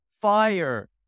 fire